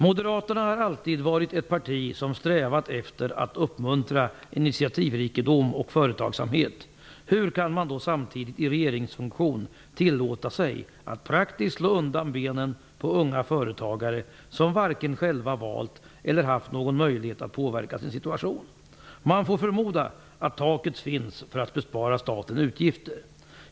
Moderaterna har alltid varit ett parti som har strävat efter att uppmuntra initiativrikedom och företagsamhet. Hur kan man då samtidigt i regeringsfunktion tillåta sig att praktiskt slå undan benen på unga företagare, som varken själva valt eller haft någon möjlighet att påverka sin situation? Man får förmoda att taket finns för att bespara staten utgifter.